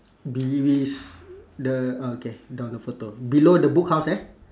bes~ the uh okay down the photo below the book house eh